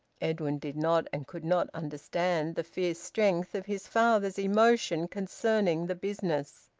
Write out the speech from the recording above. edwin did not and could not understand the fierce strength of his father's emotion concerning the business.